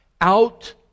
Out